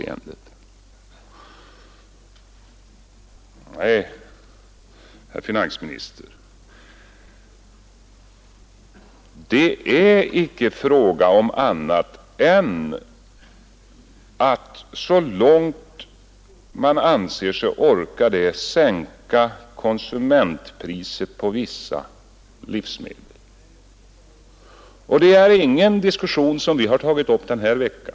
Nej, herr finansminister, här är det inte fråga om något annat än att så långt man orkar sänka konsumentpriset, helt eller delvis ta bort momsen på vissa livsmedel. Och det är inte en diskussion som vi har tagit upp denna vecka.